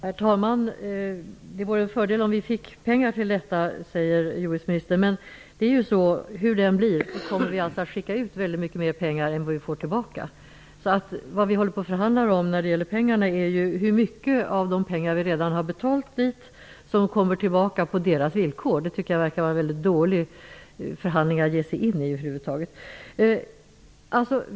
Herr talman! Jordbruksministern sade att det vore bra om vi kunde få pengar till detta från EU. Men hur det än blir kommer vi att skicka ut väldigt mycket mer pengar än vad vi får tillbaka. Vad vi håller på och förhandlar om när det gäller pengarna är hur mycket av de pengar som vi redan har betalt som kommer tillbaka på deras villkor. Jag tycker att det är dåligt att man över huvud taget ger sig in i sådana förhandlingar.